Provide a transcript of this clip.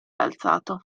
alzato